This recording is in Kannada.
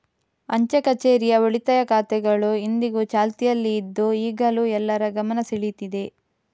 ಅಂಚೆ ಕಛೇರಿಯ ಉಳಿತಾಯ ಖಾತೆಗಳು ಇಂದಿಗೂ ಚಾಲ್ತಿಯಲ್ಲಿ ಇದ್ದು ಈಗಲೂ ಎಲ್ಲರ ಗಮನ ಸೆಳೀತಿದೆ